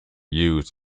used